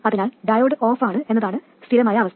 അതിനാൽ ഡയോഡ് ഓഫാണ് എന്നതാണ് സ്ഥിരമായ അവസ്ഥ